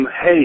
hey